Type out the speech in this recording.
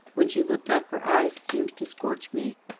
when she looked up, her eyes seemed to, scorch me.